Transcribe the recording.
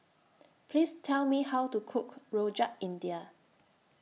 Please Tell Me How to Cook Rojak India